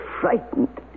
frightened